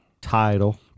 Title